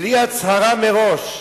בלי הצהרה מראש,